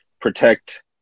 protect